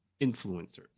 influencers